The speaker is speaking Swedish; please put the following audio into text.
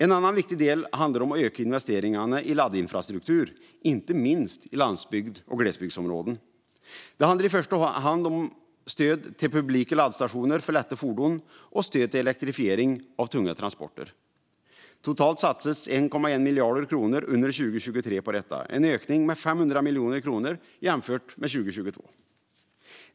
En annan viktig del handlar om att öka investeringarna i laddinfrastruktur, inte minst i landsbygds och glesbygdsområden. Det handlar i första hand om stöd till publika laddstationer för lätta fordon och stöd till elektrifiering av tunga transporter. Totalt satsas 1,1 miljarder kronor under 2023 på detta, en ökning med 500 miljoner kronor jämfört med 2022.